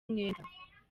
umwenda